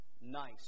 nice